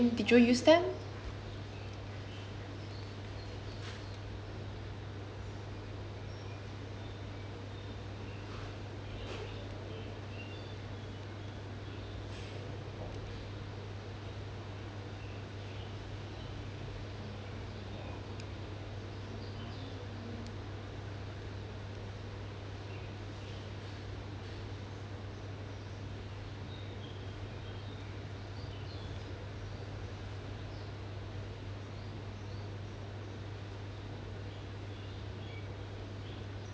how about